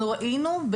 אנחנו ראינו,